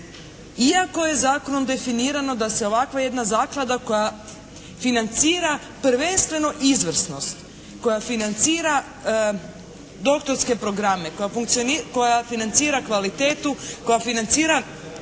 iako je zakonom definirano da se ovakva jedna zaklada koja financira prvenstveno izvrsnost, koja financira doktorske programe, koja financira kvalitetu, koja financira